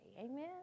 Amen